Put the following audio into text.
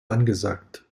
angesagt